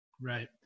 Right